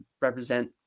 represent